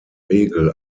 regel